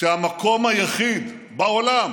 שהמקום היחיד בעולם